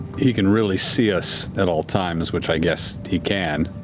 he can really see us at all times, which i guess he can,